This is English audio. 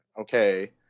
Okay